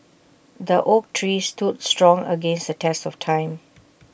the oak tree stood strong against the test of time